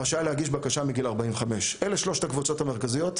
והוא רשאי להגיש בקשה מגיל 45. אלה הן שלושת הקבוצות המרכזיות,